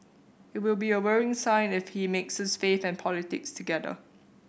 it will be a worrying sign if he mixes faith and politics together